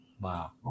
Wow